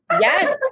Yes